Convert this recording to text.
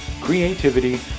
creativity